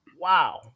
wow